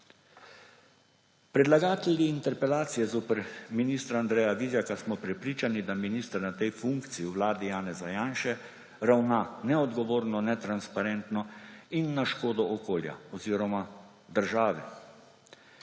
Predlagatelji interpelacije zoper ministra Andreja Vizjaka smo prepričani, da minister na tej funkciji v vladi Janeza Janše ravna neodgovorno, netransparentno in na škodo okolja oziroma države.